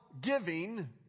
giving